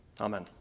Amen